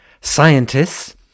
scientists